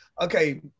okay